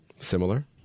Similar